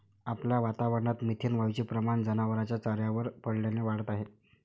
आपल्या वातावरणात मिथेन वायूचे प्रमाण जनावरांच्या चाऱ्यावर पडल्याने वाढत आहे